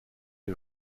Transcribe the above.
lui